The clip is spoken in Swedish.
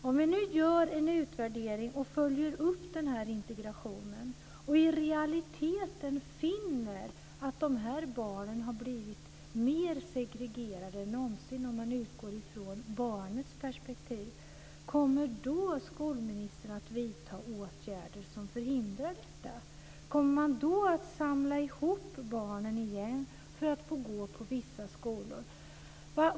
Om vi nu gör en utvärdering, följer upp den här integrationen och i realiteten finner att de här barnen har blivit mer segregerade än någonsin om man utgår från barnets perspektiv, kommer då skolministern att vidta åtgärder som förhindrar detta? Kommer man då att samla ihop barnen igen så att de får gå på vissa skolor?